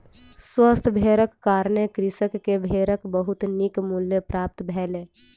स्वस्थ भेड़क कारणें कृषक के भेड़क बहुत नीक मूल्य प्राप्त भेलै